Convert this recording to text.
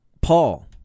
Paul